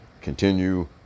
continue